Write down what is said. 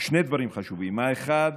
שני דברים חשובים: האחד,